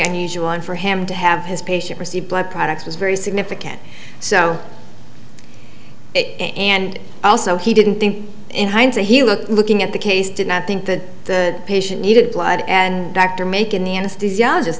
unusual and for him to have his patient receive blood products was very significant so and also he didn't think in hindsight he looked looking at the case did not think that the patient needed blood and